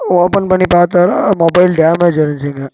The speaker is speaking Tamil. ஓப்பன் பண்ணி பார்த்தாரா மொபைல் டேமேஜாக இருந்துச்சுங்க